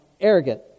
arrogant